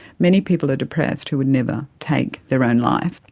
many people are depressed who would never take their own life.